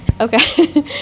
Okay